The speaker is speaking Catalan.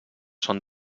són